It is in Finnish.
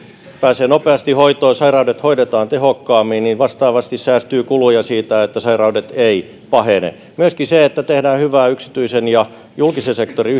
pääsee nopeasti hoitoon ja sairaudet hoidetaan tehokkaammin vastaavasti säästyy kuluja siitä että sairaudet eivät pahene myöskin se että tehdään hyvää yksityisen ja julkisen sektorin